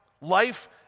Life